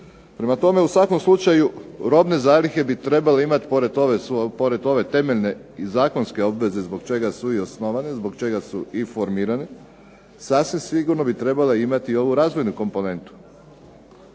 Prema tome, u svakom slučaju robne zalihe bi trebale imati pored ove zakonske obveze zbog čega su formirane, sasvim sigurno bi trebale imati i ovu razvojnu komponentu.